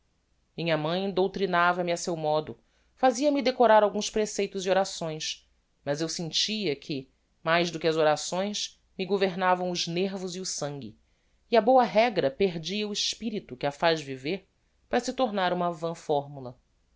minha mãe doutrinava me a seu modo fazia-me decorar alguns preceitos e orações mas eu sentia que mais do que as orações me governavam os nervos e o sangue e a boa regra perdia o espirito que a faz viver para se tornar uma vã formula